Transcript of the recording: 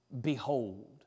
behold